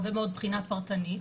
הרבה מאוד בחינה פרטנית.